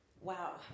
Wow